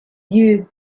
you